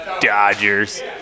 Dodgers